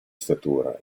statura